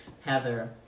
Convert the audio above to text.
Heather